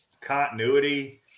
continuity